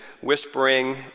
whispering